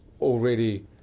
already